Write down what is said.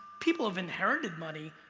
people have inherited money.